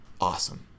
awesome